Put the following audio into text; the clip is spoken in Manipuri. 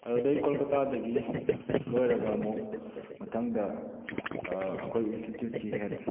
ꯑꯗꯨꯗꯩ ꯀꯣꯜꯀꯇꯥꯗꯒꯤ ꯂꯣꯏꯔꯒ ꯑꯃꯨꯛ ꯃꯊꯪꯗ ꯑꯩꯈꯣꯏ ꯏꯟꯁꯇꯤꯇ꯭ꯌꯨꯠꯀꯤ ꯍꯦꯠ